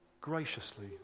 graciously